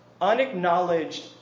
unacknowledged